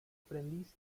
aprendiz